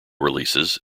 releases